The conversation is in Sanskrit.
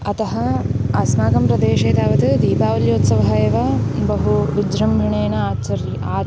अतः अस्माकं प्रदेशे तावत् दीपावल्योत्सवः एव बहु विज्रम्भणेन आचर्यते आ